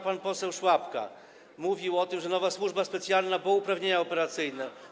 Pan poseł Szłapka mówił o tym, że to nowa służba specjalna, bo ma uprawnienia operacyjne.